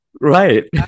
Right